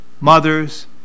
mothers